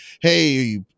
hey